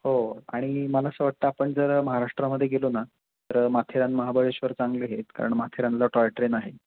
हो आणि मला असं वाटतं आपण जर महाराष्ट्रामध्ये गेलो ना तर माथेरान महाबळेश्वर चांगली आहेत कारण माथेरानला टॉय ट्रेन आहे